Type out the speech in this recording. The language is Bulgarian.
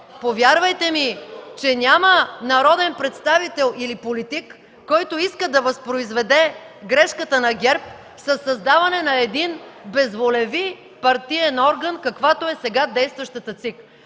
Повярвайте ми, че няма народен представител или политик, който иска да възпроизведе грешката на ГЕРБ със създаване на безволеви партиен орган, каквато е сега действащата ЦИК,